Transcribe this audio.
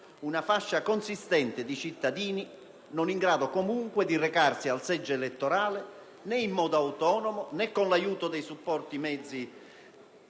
una fascia consistente di cittadini non in grado, comunque, di recarsi al seggio elettorale né in modo autonomo, né con l'aiuto dei supporti messi